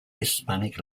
hispanic